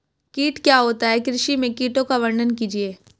कीट क्या होता है कृषि में कीटों का वर्णन कीजिए?